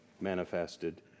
manifested